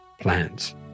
plans